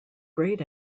great